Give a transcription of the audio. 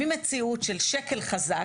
ממציאות של שקל חזק,